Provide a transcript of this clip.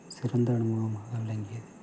சிறந்த அனுமுகமாக விளங்கியது